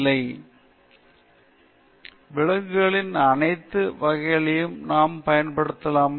உணவிற்கான விலங்குகளைப் பயன்படுத்துவதோ அல்லது ஆராய்ச்சிக்கான பரிசோதனைக்காக ஒரு மிருகத்தை பயன்படுத்துவதோ அவை ஒரே அளவிலா